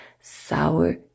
sour